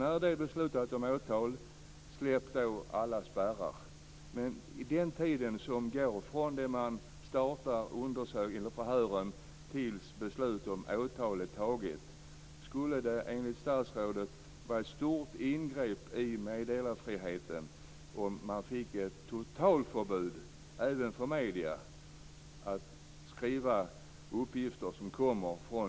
När det är beslutat om åtal, släpp då alla spärrar, men detta skulle gälla under tiden från starten av förhören tills beslut om åtal är taget. Skulle det vara ett stort ingrepp i meddelarfriheten?